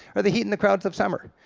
are the heat and the crowds of summer.